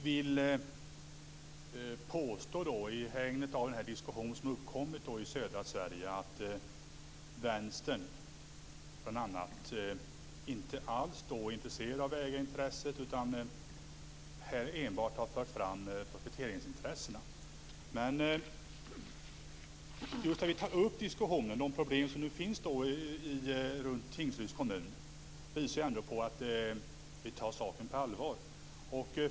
Fru talman! Anders G Högmark vill i hägnet av den diskussion som har uppkommit i södra Sverige påstå att bl.a. Vänstern inte alls är intresserad av ägarintresset utan enbart har fört fram prospekteringsintressena. Just det vi tar upp i diskussionen - de problem som finns runt Tingsryds kommun - visar ändå på att vi tar saken på allvar.